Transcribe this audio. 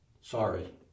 Sorry